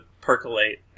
percolate